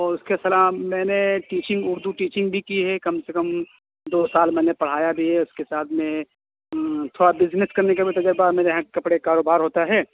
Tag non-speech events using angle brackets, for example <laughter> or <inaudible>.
اور اس کے <unintelligible> میں نے ٹیچنگ اردو ٹیچنگ بھی کی ہے کم سے کم دو سال میں نے پڑھایا بھی ہے اس کے ساتھ میں تھوڑا بزنس کرنے کا بھی تجربہ ہے میرے یہاں کپڑے کا کاروبار ہوتا ہے